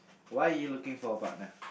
why you looking for a partner